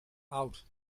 oud